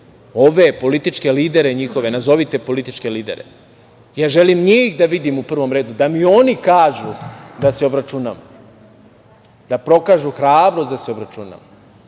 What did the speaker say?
ove političke lidere njihove, nazovite političke lidere. Ja želim njih da vidim u prvom redu, da mi oni kažu da se obračunamo, da pokažu hrabrost da se obračunamo. Što